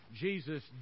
Jesus